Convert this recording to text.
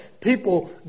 people